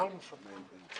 כל מוסד תכנון.